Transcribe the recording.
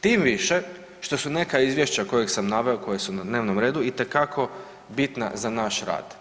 Tim više što su neka izvješća koja sam naveo, koja su na dnevnom redu itekako bitna za naš rad.